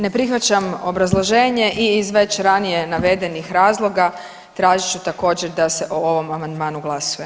Ne prihvaćam obrazloženje i iz već ranije navedenih razloga tražit ću također da se o ovom amandmanu glasuje.